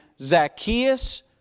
Zacchaeus